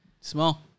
Small